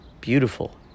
Beautiful